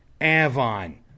Avon